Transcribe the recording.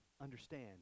understand